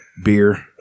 Beer